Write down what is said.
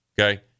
okay